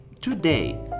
today